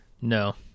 No